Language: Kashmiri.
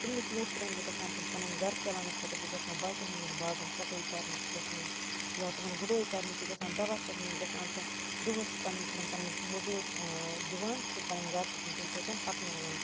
تہٕ تمنےٖ ژوٗنٹۍ کُلیٚن چھُ گَژھان تِم پَنُن گَرٕ چَلاونہٕ خٲطرٕ چھِ گَژھان تِم باقیَن ہٕنٛدیٚن باغَن کَٹٲے کَرنہِ چھِ گَژھان یا تِمَن گُڑٲے کَرنہِ چھِ گَژھان دَوا چھَکنہِ چھِ گَژھان دۄہَس چھ پَنن تمن پنٕنۍ مٔزورۍ دِوان تہٕ پَنٕنۍ گَرٕ چھِ تِم تمہِ سۭتۍ پَکناوان